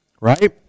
right